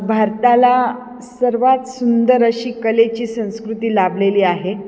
भारताला सर्वात सुंदर अशी कलेची संस्कृती लाभलेली आहे